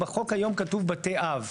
בחוק היום כתוב בתי אב.